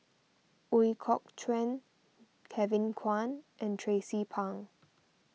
Ooi Kok Chuen Kevin Kwan and Tracie Pang